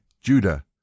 Judah